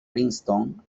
princeton